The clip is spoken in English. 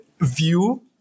view